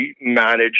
managed